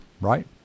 right